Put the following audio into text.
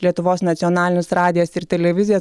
lietuvos nacionalinis radijas ir televizija